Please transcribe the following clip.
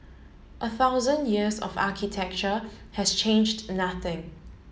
a thousand years of architecture has changed nothing